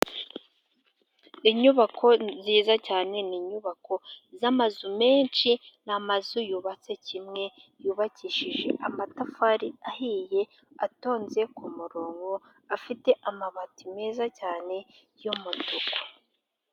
Inyubako nziza cyane ni inyubako z'amazu menshi ni amazu yubatse kimwe yubakishije amatafari ahiye atonze k'umurongo afite amabati meza cyane y'umutuku.